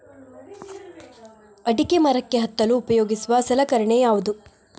ಅಡಿಕೆ ಮರಕ್ಕೆ ಹತ್ತಲು ಉಪಯೋಗಿಸುವ ಸಲಕರಣೆ ಯಾವುದು?